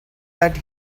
that